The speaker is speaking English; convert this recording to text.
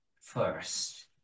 first